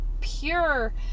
pure